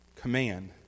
command